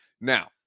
Now